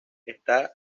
está